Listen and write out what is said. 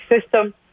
system